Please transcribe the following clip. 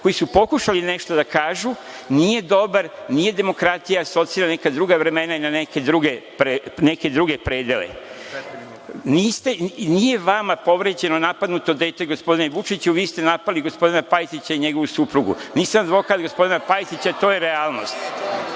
koji su pokušali nešto da kažu nije dobar, nije demokratija, asocira na neka druga vremena i na druge predele. Nije vama povređeno, napadnuto dete gospodine Vučiću. Vi ste napali gospodina Pajtića i njegovu suprugu. Nisam advokat gospodina Pajtića, to je realnost.